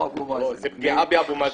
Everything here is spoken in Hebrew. זו פגיעה באבו מאזן.